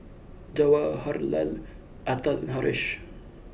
Jawaharlal Atal and Haresh